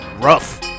Rough